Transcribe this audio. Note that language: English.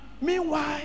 Meanwhile